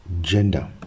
gender